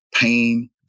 pain